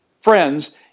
friends